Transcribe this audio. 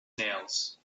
nails